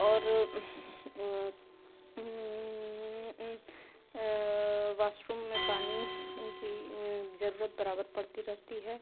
और वॉशरूम में पानी की ज़रूरत बराबर पड़ती रहती है